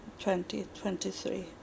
2023